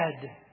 dead